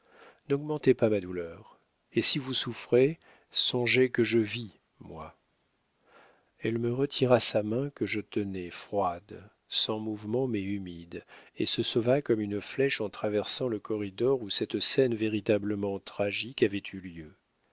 sage n'augmentez pas ma douleur et si vous souffrez songez que je vis moi elle me retira sa main que je tenais froide sans mouvement mais humide et se sauva comme une flèche en traversant le corridor où cette scène véritablement tragique avait eu lieu